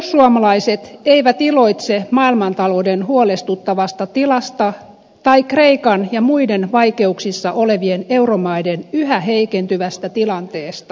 perussuomalaiset eivät iloitse maailmantalouden huolestuttavasta tilasta tai kreikan ja muiden vaikeuksissa olevien euromaiden yhä heikentyvästä tilanteesta